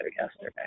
yesterday